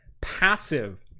passive